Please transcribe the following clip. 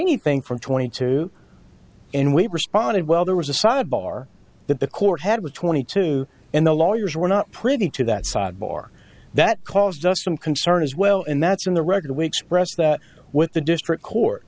anything from twenty two and we responded well there was a side bar that the court had with twenty two and the lawyers were not privy to that side bar that caused us some concern as well and that's in the record we express that with the district court